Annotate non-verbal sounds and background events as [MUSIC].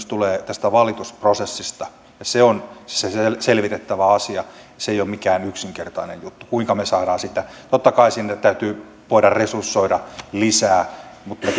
[UNINTELLIGIBLE] tulee tästä valitusprosessista ja se on se selvitettävä asia se ei ole mikään yksinkertainen juttu kuinka me saamme sitä nopeammaksi totta kai sinne täytyy voida resursoida lisää mutta [UNINTELLIGIBLE]